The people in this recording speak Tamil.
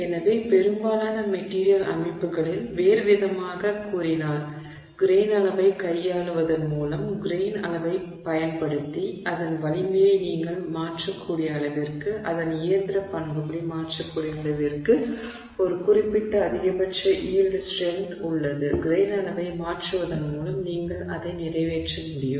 எனவே பெரும்பாலான மெட்டிரியல் அமைப்புகளில் வேறுவிதமாகக் கூறினால் கிரெய்ன் அளவைக் கையாளுவதன் மூலம் கிரெய்ன் அளவைப் பயன்படுத்தி அதன் வலிமையை நீங்கள் மாற்றக்கூடிய அளவிற்கு அதன் இயந்திரப் பண்புகளை மாற்றக்கூடிய அளவிற்கு ஒரு குறிப்பிட்ட அதிகபட்ச யீல்டு ஸ்ட்ரென்த் உள்ளது கிரெய்ன் அளவை மாற்றுவதன் மூலம் நீங்கள் அதை நிறைவேற்ற முடியும்